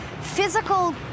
physical